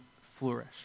flourish